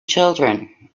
children